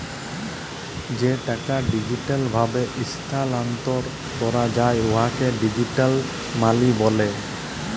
যে টাকা ডিজিটাল ভাবে ইস্থালাল্তর ক্যরা যায় উয়াকে ডিজিটাল মালি ব্যলে